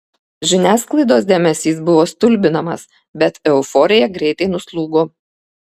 žiniasklaidos dėmesys buvo stulbinamas bet euforija greitai nuslūgo